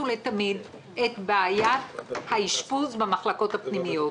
ולתמיד את בעיית האשפוז במחלקות הפנימיות,